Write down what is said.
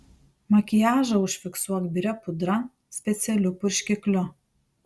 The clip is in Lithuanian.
makiažą užfiksuok biria pudra specialiu purškikliu